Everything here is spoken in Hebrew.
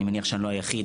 אני מניח שאני לא היחיד,